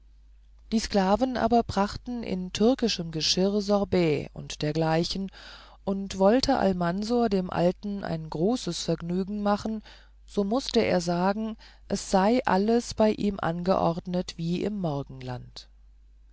die sklaven aber brachten in türkischem geschirr sorbet und dergleichen und wollte almansor dem alten ein großes vergnügen machen so mußte er sagen es sei alles bei ihm angeordnet wie im morgenland